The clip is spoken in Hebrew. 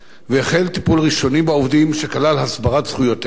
שכלל הסברת זכויותיהם וכיצד יש לפנות